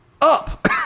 up